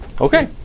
Okay